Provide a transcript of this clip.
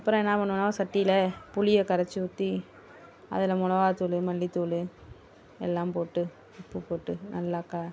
அப்புறம் என்ன பண்ணுவேனால் சட்டியில் புளியை கரைச்சி ஊற்றி மிளகா தூள் மல்லி தூள் எல்லாம் போட்டு உப்பு போட்டு நல்லா கிளறி